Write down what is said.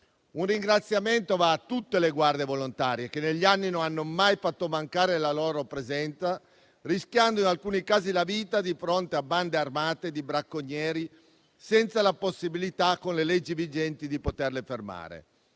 Un ringraziamento va a tutte le guardie volontarie, che negli anni non hanno mai fatto mancare la loro presenza, rischiando in alcuni casi la vita di fronte a bande armate di bracconieri, senza la possibilità, con le leggi vigenti, di poterle fermare.